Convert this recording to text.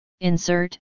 insert